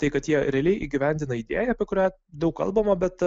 tai kad jie realiai įgyvendina idėją apie kurią daug kalbama bet